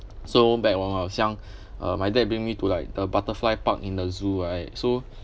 so back when I was young uh my dad bring me to like the butterfly park in the zoo right so